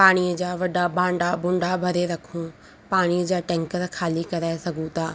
पाणीअ जा वॾा भांडा भुंडा भरे रखूं पाणीअ जा टैंकर ख़ाली कराए सघूं था